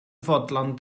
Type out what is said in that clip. fodlon